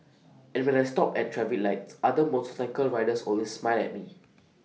and when I stop at traffic lights other motorcycle riders always smile at me